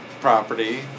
property